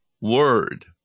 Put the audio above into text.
word